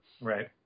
Right